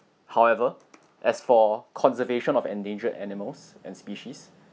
however as for conservation of endangered animals and species